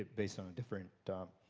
based on and different